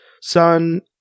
son